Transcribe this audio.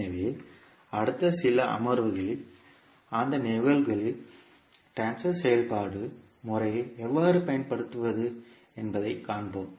எனவே அடுத்த சில அமர்வுகளில் அந்த நிகழ்வுகளில் ட்ரான்ஸ்பர் செயல்பாட்டு முறையை எவ்வாறு பயன்படுத்துவது என்பதைக் காண்போம்